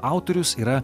autorius yra